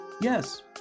Yes